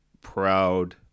proud